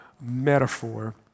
metaphor